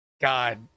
god